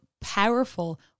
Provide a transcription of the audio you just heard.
powerful